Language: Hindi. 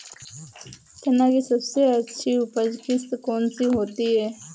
चना की सबसे अच्छी उपज किश्त कौन सी होती है?